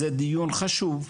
זה דיון חשוב,